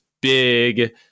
big